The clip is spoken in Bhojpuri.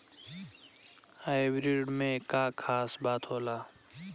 हाइब्रिड में का खास बात होला?